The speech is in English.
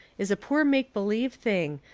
is a poor make-believe thing,